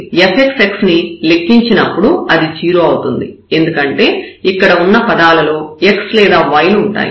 fxx ని లెక్కించినప్పుడు అది 0 అవుతుంది ఎందుకంటే ఇక్కడ ఉన్న పదాలలో x లేదా y లు ఉంటాయి